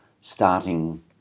starting